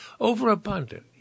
overabundant